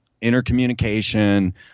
intercommunication